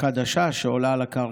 חדשה שעולה על הקרקע,